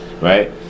right